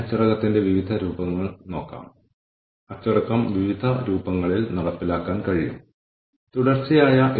സ്കോർകാർഡുകളുടെ അടുത്ത രൂപം നമ്മൾ കൂടുതൽ വിശദാംശങ്ങൾ എടുക്കുന്ന കാര്യകാരണ ശൃംഖല സ്കോർകാർഡാണ്